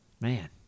Man